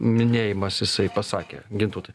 minėjimas jisai pasakė gintautai